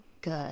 good